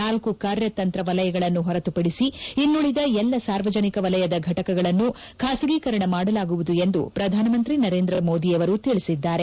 ನಾಲ್ಕು ಕಾರ್ಯತಂತ್ರ ವಲಯಗಳನ್ನು ಹೊರತುಪಡಿಸಿ ಇನ್ನುಳಿದ ಎಲ್ಲ ಸಾರ್ವಜನಿಕ ವಲಯದ ಖಾಸಗೀಕರಣ ಮಾಡಲಾಗುವುದು ಎಂದು ಪ್ರಧಾನಮಂತ್ರಿ ನರೇಂದ್ರ ಫಟಕಗಳನ್ನು ಮೋದಿಯವರು ತಿಳಿಸಿದ್ದಾರೆ